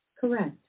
Correct